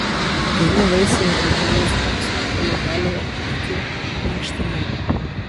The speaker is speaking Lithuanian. vieni vaisiai ar daržovės jas kaupia luobelėje kiti minkštime